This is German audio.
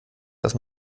dass